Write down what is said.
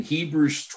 Hebrews